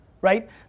right